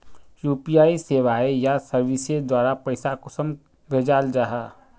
UPI सेवाएँ या services द्वारा पैसा कुंसम भेजाल जाहा?